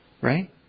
Right